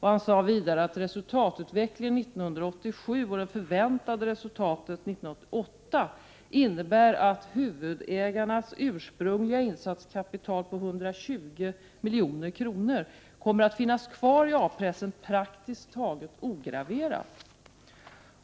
Han sade vidare att ”resultatutvecklingen 1987 och det förväntade resultatet 1988 innebär att huvudägarnas ursprungliga insatskapital på 120 milj.kr. kommer att finnas kvar i A-pressen praktiskt taget ograverat.